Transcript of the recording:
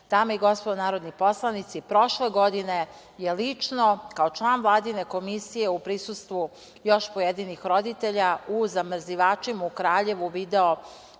i gospodo narodni poslanici, prošle godine je lično, kao član Vladine komisije, u prisustvu još pojedinih roditelja u zamrzivačima u Kraljevu video